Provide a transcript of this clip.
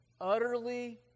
utterly